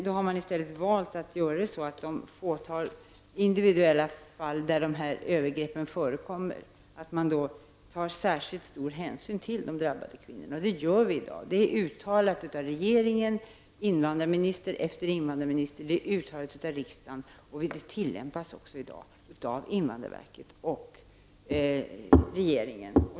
I stället har man valt att i de fåtal individuella fall där övergrepp förekommer ta särskilt stor hänsyn till de drabbade kvinnorna. Så gör vi i dag. Det är uttalat av regeringen, invandrarminister efter invandrarminister och av riksdagen, och det tillämpas i dag av invandrarverket och regeringen.